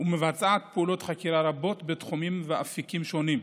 ומבצעת פעולות חקירה רבות בתחומים ואפיקים שונים.